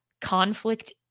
conflict